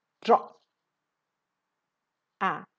drop ah